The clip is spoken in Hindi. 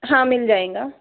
हाँ मिल जाएगा